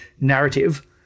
narrative